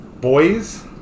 Boys